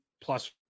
plus